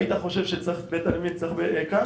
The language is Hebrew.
אתה חושב שבית עלמין צריך קו?